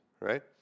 right